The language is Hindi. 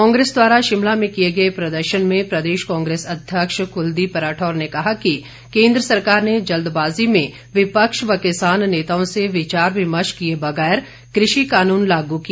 कांग्रेस द्वारा शिमला में किए गए प्रदर्शन में प्रदेश कांग्रेस अध्यक्ष कुलदीप राठौर ने कहा कि केंद्र सरकार ने जल्दबाजी में विपक्ष व किसान नेताओं से विचार विमर्श किए बगैर कृषि कानून लागू किया